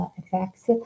effects